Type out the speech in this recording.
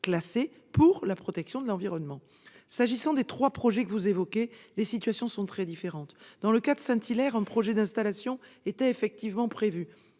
classées pour la protection de l'environnement. En ce qui concerne les trois projets que vous évoquez, les situations sont différentes. Dans le cas de Saint-Hilaire, un projet d'installation de stockage était effectivement prévu.